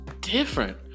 different